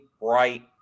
right